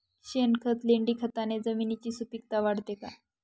शेणखत, लेंडीखताने जमिनीची सुपिकता वाढते का?